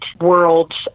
worlds